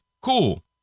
cool